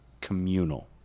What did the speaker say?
communal